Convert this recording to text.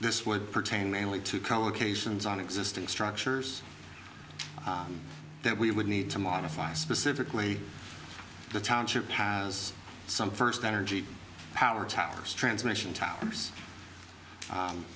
this would pertain mainly to complications on existing structures that we would need to modify specifically the township has some first energy power towers transmission towers